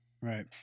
Right